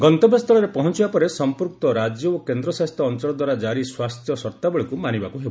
ଗନ୍ତବ୍ୟସ୍ଥଳରେ ପହଂଚିବା ପରେ ସଂପୃକ୍ତ ରାଜ୍ୟ ଓ କେନ୍ଦ୍ରଶାସିତ ଅଂଚଳ ଦ୍ୱାରା ଜାରି ସ୍ୱାସ୍ଥ୍ୟ ସର୍ତାବଳୀକୁ ମାନିବାକୁ ହେବ